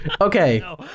Okay